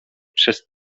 przez